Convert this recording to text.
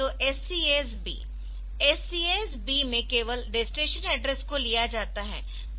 तो SCAS B SCAS B में केवल डेस्टिनेशन एड्रेस को लिया जाता है